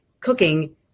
cooking